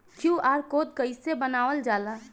QR code कइसे बनवाल जाला?